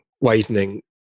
widening